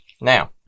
Now